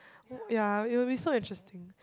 ya it would be so interesting